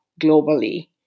globally